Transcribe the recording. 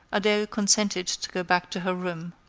adele consented to go back to her room.